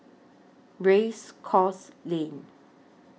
Race Course Lane